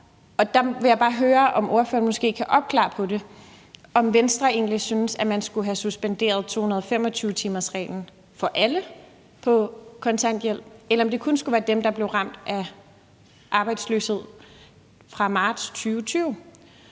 og der vil jeg bare høre, om ordføreren måske kan opklare det – om Venstre egentlig synes, at man skulle have suspenderet 225-timersreglen for alle på kontanthjælp, eller om det kun skulle være for dem, der blev ramt af arbejdsløshed fra marts 2020.